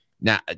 Now